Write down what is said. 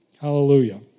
Hallelujah